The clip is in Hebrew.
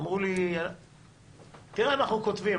אמרו לי: תראה, אנחנו כותבים.